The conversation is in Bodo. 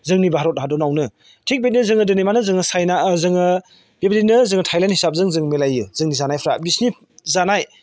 जोंनि भारत हादरावनो थिग बिदिनो जोङो दिनै माने जोङो चायना जोङो बेबायदिनो जोङो थायलेन्ड हिसाबजों जों मिलायो जोंनि जानायफ्रा बिसोरनि जानाय